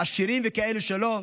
עשירים וכאלה שלא,